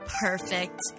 Perfect